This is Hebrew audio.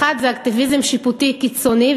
בין אקטיביזם שיפוטי קיצוני,